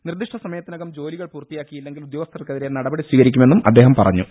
നിർദ്ദീഷ്ട സമയത്തിനകം ജോലികൾ പൂർത്തിയാക്കിയില്ലെങ്കിൽ ഉദ്യോഗസ്ഥർക്കെതിരെ നടപടി സ്വീകരിക്കുമെന്നും അദ്ദേഹം പറഞ്ഞു